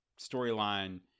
storyline